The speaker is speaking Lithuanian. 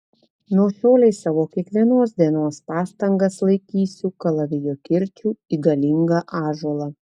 nuo šiolei savo kiekvienos dienos pastangas laikysiu kalavijo kirčiu į galingą ąžuolą